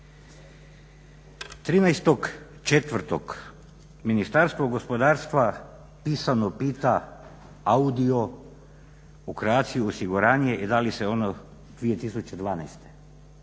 13.4. Ministarstvo gospodarstva pisano pita AUDIO o Croatia osiguranje i da li se ono 2012.,